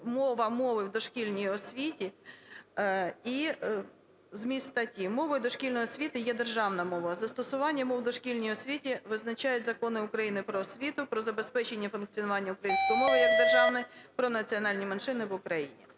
"Мова (мови) у дошкільній освіті". І зміст статті: "Мовою дошкільної освіти є державна мова. Застосування мов у дошкільній освіті визначають Закони України "Про освіту", "Про забезпечення функціонування української мови як державної", "Про національні меншини в Україні".